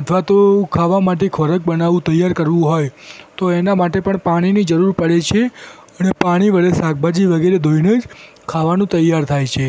અથવા તો ખાવા માટે ખોરાક બનાવવું તૈયાર કરવું હોય તો એના માટે પણ પાણીની જરૂર પડે છે અને પાણી વડે શાકભાજી વગેરે ધોઈને જ ખાવાનું તૈયાર થાય છે